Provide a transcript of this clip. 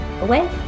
away